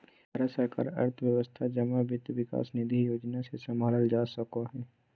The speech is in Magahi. भारत सरकार के अर्थव्यवस्था जमा वित्त विकास निधि योजना से सम्भालल जा सको हय